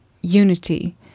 unity